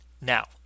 now